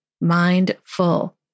mindful